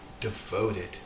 devoted